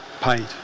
paid